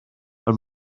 ond